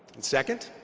and second,